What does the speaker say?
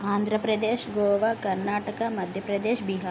Andhra Pradesh Goa Karnataka Madhya Pradesh Bihar